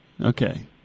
Okay